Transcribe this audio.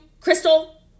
Crystal